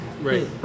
Right